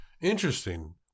Interesting